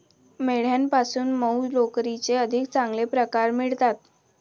मेंढ्यांपासून मऊ लोकरीचे अधिक चांगले प्रकार मिळतात